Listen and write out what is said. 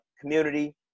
Community